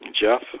Jeff